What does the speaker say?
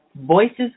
Voices